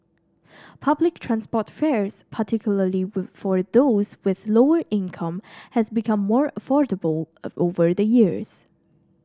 public transport fares particularly for those with lower income have become more affordable of over the years